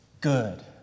good